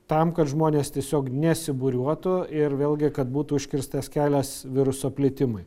tam kad žmonės tiesiog nesibūriuotų ir vėlgi kad būtų užkirstas kelias viruso plitimui